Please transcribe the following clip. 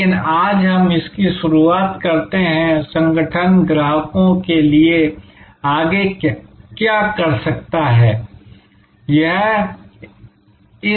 लेकिन आज हम इसकी शुरुआत करते हैं कि संगठन ग्राहकों के लिए आगे क्या कर सकता है